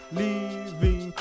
leaving